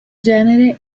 genere